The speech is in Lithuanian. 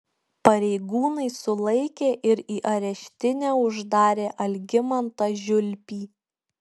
pareigūnai sulaikė ir į areštinę uždarė algimantą žiulpį